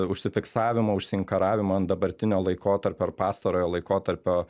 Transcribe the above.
užsifiksavimo užsiinkaravimo ant dabartinio laikotarpio ar pastarojo laikotarpio